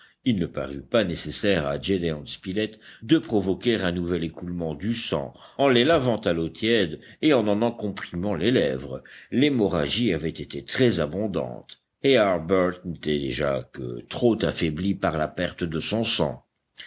il ne parut pas nécessaire à gédéon spilett de provoquer un nouvel écoulement du sang en les lavant à l'eau tiède et en en comprimant les lèvres l'hémorragie avait été très abondante et harbert n'était déjà que trop affaibli par la perte de son sang